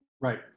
right